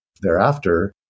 thereafter